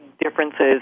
differences